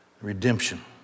redemption